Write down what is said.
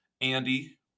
andy